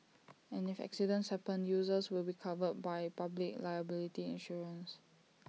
and if accidents happen users will be covered by public liability insurance